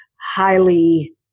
highly